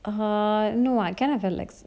uh no I'm kind of relax